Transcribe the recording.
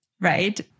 Right